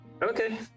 Okay